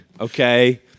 Okay